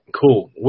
Cool